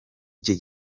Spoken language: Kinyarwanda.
iki